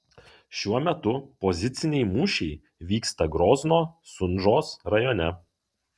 šiuo metu poziciniai mūšiai vyksta grozno sunžos rajone